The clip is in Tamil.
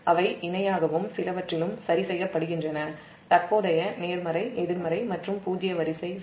அவை இணையாகவும் சிலவற்றிலும் சரி செய்யப் படுகின்றன தற்போதைய நேர்மறை எதிர்மறை மற்றும் பூஜ்ஜிய வரிசை '0'